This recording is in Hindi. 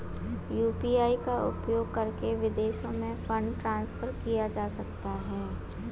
यू.पी.आई का उपयोग करके विदेशों में फंड ट्रांसफर किया जा सकता है?